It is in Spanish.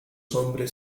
hombres